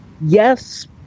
yes